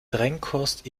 trennkost